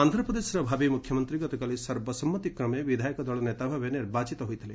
ଆନ୍ଧ୍ରପ୍ରଦେଶର ଭାବି ମୁଖ୍ୟମନ୍ତ୍ରୀ ଗତକାଲି ସର୍ବସମ୍ମତିକ୍ରମେ ବିଧାୟକ ଦଳ ନେତା ଭାବେ ନିର୍ବାଚିତ ହୋଇଥିଲେ